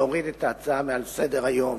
להוריד את ההצעה מעל סדר-היום